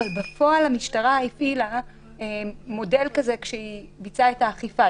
אבל בפועל המשטרה הפעילה מודל כזה כשהיא ביצעה את האכיפה.